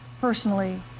personally